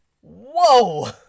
whoa